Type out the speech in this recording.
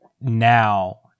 now